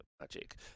magic